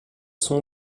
sont